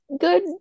good